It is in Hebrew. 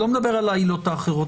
אני לא מדבר על העילות האחרות,